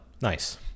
nice